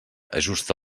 ajusta